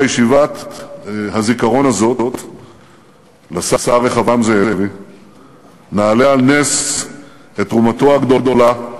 בישיבת הזיכרון הזאת לשר רחבעם זאבי נעלה על נס את תרומתו הגדולה,